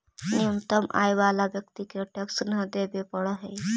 न्यूनतम आय वाला व्यक्ति के टैक्स न देवे पड़ऽ हई